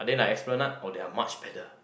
are they like Esplanade or they are much better